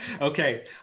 Okay